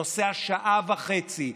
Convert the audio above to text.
נוסע שעה וחצי,